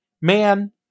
man